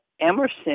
Emerson